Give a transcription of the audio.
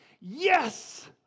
Yes